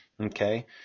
Okay